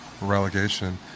relegation